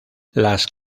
las